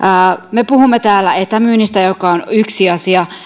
me puhumme täällä etämyynnistä joka on yksi asia